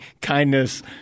kindness